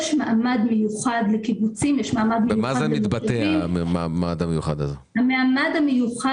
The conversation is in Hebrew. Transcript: יש מעמד מיוחד לקיבוצים, יש מעמד מיוחד למושבים.